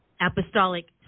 apostolic